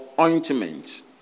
ointment